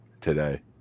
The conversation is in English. today